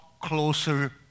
closer